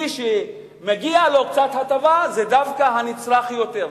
מי שמגיע לו קצת הטבה זה דווקא הנצרך יותר,